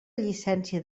llicència